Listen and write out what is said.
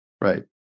right